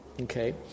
Okay